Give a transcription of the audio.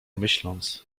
myśląc